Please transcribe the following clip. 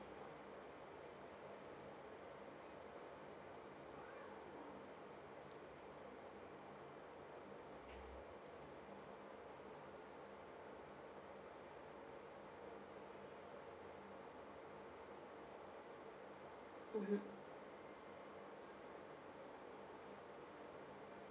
mmhmm